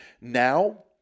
now